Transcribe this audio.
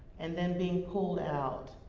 and then being pulled out,